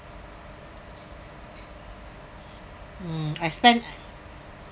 mm I spend